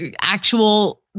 actual